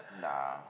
Nah